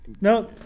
No